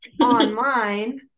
online